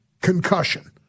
Concussion